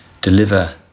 deliver